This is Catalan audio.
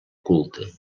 culte